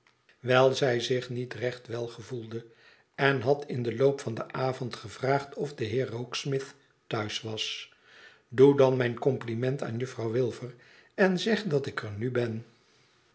wijl zij zich niet recht wel gevoelde en had in den loop van den avond gevraagd of de heer rokesmith thuis was doe dan mijn compliment aan juffrouw wilfer en zeg dat ik er nu ben